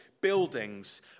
buildings